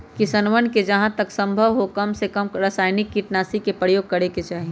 किसनवन के जहां तक संभव हो कमसेकम रसायनिक कीटनाशी के प्रयोग करे के चाहि